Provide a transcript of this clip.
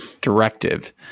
directive